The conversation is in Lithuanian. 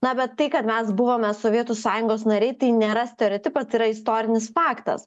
na bet tai kad mes buvome sovietų sąjungos nariai tai nėra stereotipas tai yra istorinis faktas